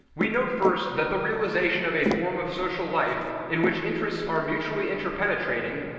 we note first that the realization of a form of social life in which interests are mutually interpenetrating,